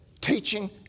Teaching